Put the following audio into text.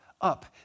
up